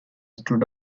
stood